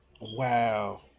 Wow